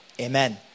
Amen